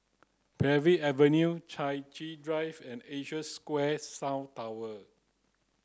Parbury Avenue Chai Chee Drive and Asia Square South Tower